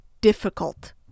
difficult